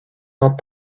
not